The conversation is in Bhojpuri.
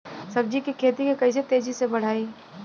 सब्जी के खेती के कइसे तेजी से बढ़ाई?